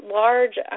large